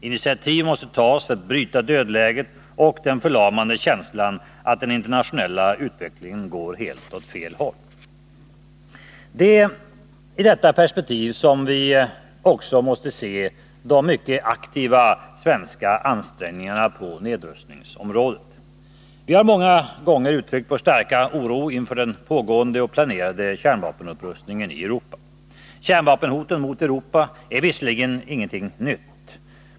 Initiativ måste tas för att bryta dödläget och den förlamande känslan, att den internationella utvecklingen går åt helt fel håll. Det är i detta perspektiv vi också måste se de mycket aktiva svenska ansträngningarna på nedrustningsområdet. Vi har många gånger uttryckt vår starka oro inför den pågående och planerade kärnvapenupprustningen i Europa. Kärnvapenhoten mot Europa är visserligen inte något nytt.